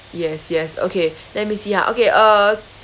yes yes okay let me see ha okay uh